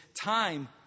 time